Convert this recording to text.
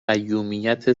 قیمومت